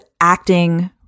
acting